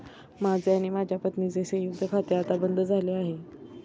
माझे आणि माझ्या पत्नीचे संयुक्त खाते आता बंद झाले आहे